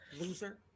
Loser